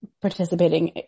participating